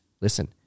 Listen